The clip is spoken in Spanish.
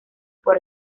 por